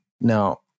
Now